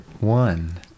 one